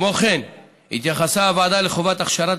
כמו כן התייחסה הוועדה לחובת הכשרת